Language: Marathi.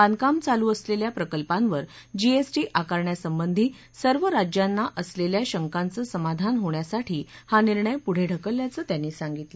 बांधकाम चालू असलेल्या प्रकल्पांवर जीएसटी आकारण्यासंबंधी सर्व राज्यांना असलेल्या शंकांचं समाधान होण्यासाठी हा निर्णय पुढे ढकलल्याचं त्यांनी सांगितलं